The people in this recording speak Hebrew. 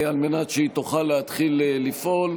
על מנת שהיא תוכל להתחיל לפעול.